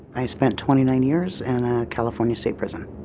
i spent twenty nine years in a california state prison.